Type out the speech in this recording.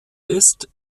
ist